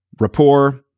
rapport